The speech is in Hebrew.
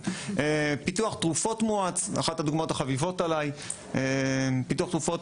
פיתוח תרופות מואץ אחת הדוגמאות החביבות עליי פיתוח תרופות,